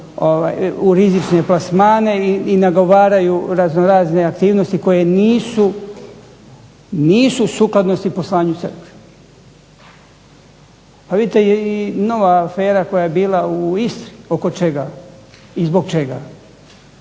u rizične plasmane i nagovaraju na razno razne aktivnosti koje nisu sukladnosti u poslovanju crkve. Vidite nova afera koja je bila u Istri oko čega i zbog čega,